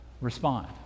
respond